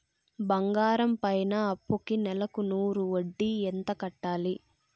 బంగారం పైన అప్పుకి నెలకు నూరు వడ్డీ ఎంత కట్టాలి?